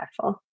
impactful